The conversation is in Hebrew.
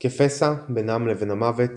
"כפשע בינם לבין המוות